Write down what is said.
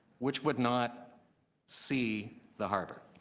which would not see the harbor.